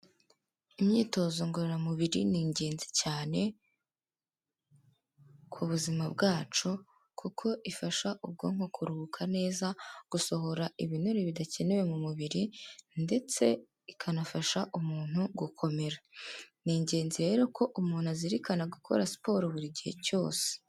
Imyitozo ngororamubiri ni ingenzi cyane ku buzima bwacu kuko ifasha ubwonko kuruhuka neza, gusohora ibinure bidakenewe mu mubiri, ndetse ikanafasha umuntu gukomera. Ni ingenzi rero ko umuntu azirikana gukora siporo buri gihe cyose.